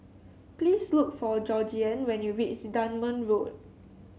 please look for Georgeann when you reach Dunman Road